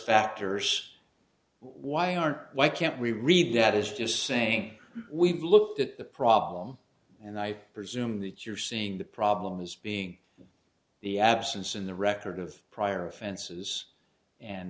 factors why aren't why can't we read that is just saying we've looked at the problem and i presume that you're seeing the problem as being the absence in the record of prior offenses and